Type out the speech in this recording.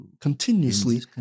continuously